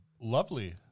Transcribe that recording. lovely